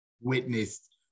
witnessed